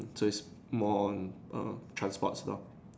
so it's more on err transports lor